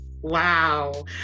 Wow